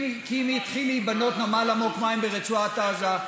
כי אם יתחיל להיבנות נמל עמוק-מים ברצועת עזה,